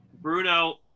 Bruno